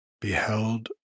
beheld